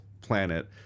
planet